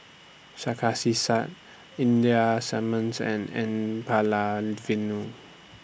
Sarkasi Said Ida Simmons and N Palanivelu